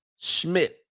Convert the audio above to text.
schmidt